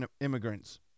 immigrants